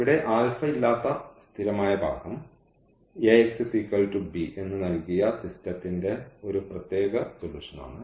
ഇവിടെ ആൽഫയില്ലാത്ത സ്ഥിരമായ ഭാഗം എന്ന് നൽകിയ സിസ്റ്റത്തിന്റെ ഒരു പ്രത്യേക സൊലൂഷൻ ആണ്